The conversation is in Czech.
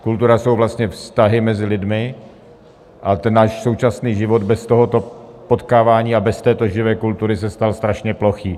Kultura jsou vlastně vztahy mezi lidmi a náš současný život bez tohoto potkávání a bez této živé kultury se stal strašně plochý.